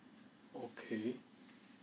okay